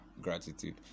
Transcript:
gratitude